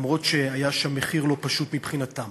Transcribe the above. אף שהיה שם מחיר לא פשוט מבחינתם.